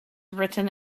written